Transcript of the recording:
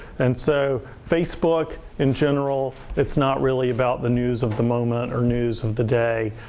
and so, facebook, in general, it's not really about the news of the moment or news of the day.